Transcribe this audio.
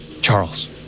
Charles